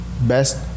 Best